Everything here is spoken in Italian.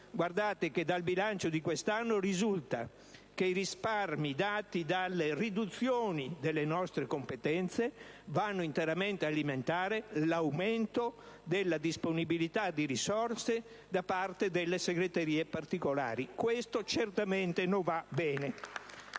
senatori. Dal bilancio di quest'anno risulta che i risparmi dati dalle riduzioni delle nostre competenze vanno interamente ad alimentare l'aumento della disponibilità di risorse da parte delle segreterie particolari. Questo certamente non va bene.